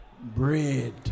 bread